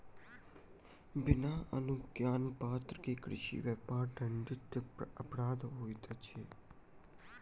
बिना अनुज्ञापत्र के कृषि व्यापार दंडनीय अपराध होइत अछि